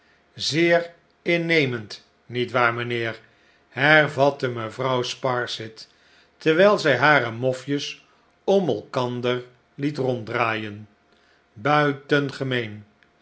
zeer innemend niet waar mijnheer hervatte mevrouw sparsit terwijl zij hare mofjes om elkander liet ronddraaien buitengemeen